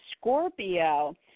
Scorpio